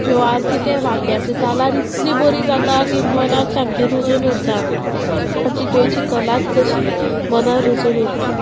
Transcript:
ह्यो आरती ते वाद्याचेर तालार इतल्यो बऱ्यो जाता की मनाक सामकी रुजून उरता आमची गोंयची कलात तशी मना रुजून उरपी